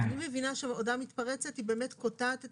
אני מבינה שהודעה מתפרצת קוטעת את